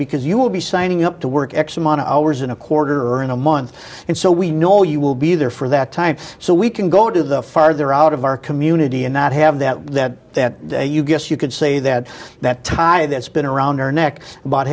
because you will be signing up to work x amount of hours in a quarter or in a month and so we know you will be there for that time so we can go to the farther out of our community and not have that that that day you guess you could say that that tie that's been around her neck about